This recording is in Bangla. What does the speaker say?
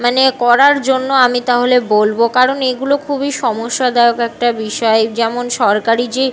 মানে করার জন্য আমি তা হলে বলব কারণ এগুলো খুবই সমস্যাদায়ক একটা বিষয় যেমন সরকারি যে